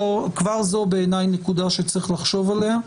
כבר זו בעיניי נקודה שצריך לחשוב עליה,